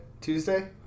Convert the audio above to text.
Tuesday